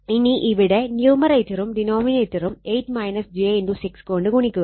ഇനി ഇവിടെ ന്യുമറേറ്ററും ഡിനോമിനേറ്ററും 8 j6 കൊണ്ട് ഗുണിക്കുക